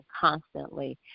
constantly